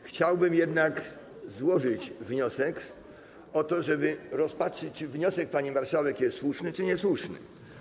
Chciałbym jednak złożyć wniosek, żeby rozpatrzyć, czy wniosek pani marszałek jest słuszny czy niesłuszny.